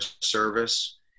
service